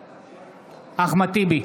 בעד אחמד טיבי,